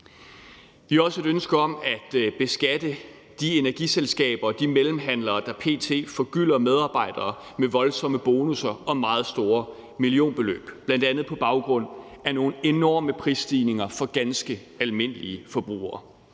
Vi har også et ønske om at beskatte de energiselskaber og de mellemhandlere, der p.t. forgylder medarbejdere med voldsomme bonusser og meget store millionbeløb, bl.a. på baggrund af nogle enorme prisstigninger for ganske almindelige forbrugere.